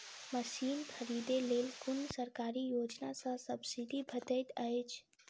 Machine खरीदे लेल कुन सरकारी योजना सऽ सब्सिडी भेटैत अछि?